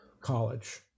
College